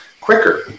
quicker